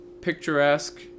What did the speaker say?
picturesque